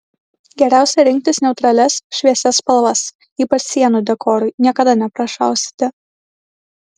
geriausia rinktis neutralias šviesias spalvas ypač sienų dekorui niekada neprašausite